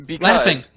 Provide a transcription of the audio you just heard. Laughing